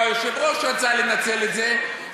או היושב-ראש רצה לנצל את זה,